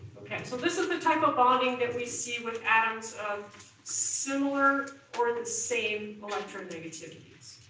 okay, so this is the type of bonding that we see with atoms of similar or the same electronegativities.